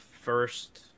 first